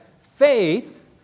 Faith